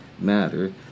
matter